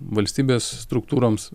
valstybės struktūroms